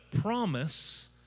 promise